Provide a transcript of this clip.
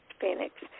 Phoenix